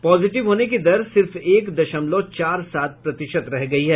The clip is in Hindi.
पॉजिटिव होने की दर सिर्फ एक दशमलव चार सात प्रतिशत रह गयी है